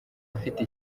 ufite